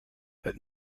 het